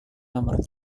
nomor